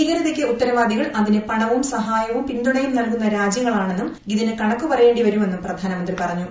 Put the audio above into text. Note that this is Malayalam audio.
ഭീകരതയ്ക്ക് ഉത്തരവാദികൾ അതിന് പണവും സഹായവും പിന്തുണയും നൽകുന്ന രാജൃങ്ങളാ ണെന്നും ഇതിന് കണക്കുപറയേണ്ടിവരുമെന്നും പ്രധാനമന്ത്രി പറഞ്ഞു